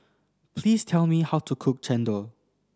please tell me how to cook Chendol